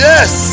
Yes